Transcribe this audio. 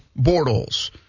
Bortles